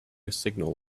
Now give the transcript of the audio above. signal